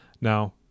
now